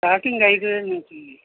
starting ఐదు వేల నుంచి ఉంది